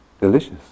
delicious